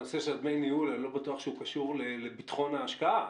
הנושא של דמי ניהול אני לא בטוח שהוא קשור לביטחון ההשקעה.